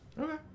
Okay